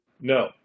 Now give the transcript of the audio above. No